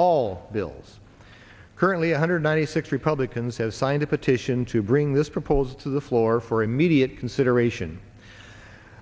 all bills currently one hundred ninety six republicans have signed a petition to bring this proposed to the floor for immediate consideration